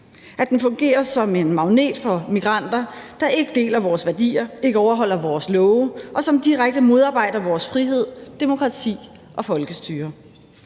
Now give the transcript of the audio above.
at den fungerer som en magnet på migranter, der ikke deler vores værdier, ikke overholder vores love, og som direkte modarbejder vores frihed, demokrati og folkestyre;